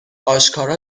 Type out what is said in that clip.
آشکارا